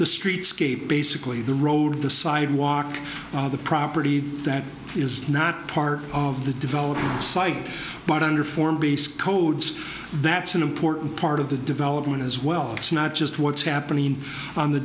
the streetscape basically the road the sidewalk the property that is not part of the development site but under former base codes that's an important part of the development as well it's not just what's happening on the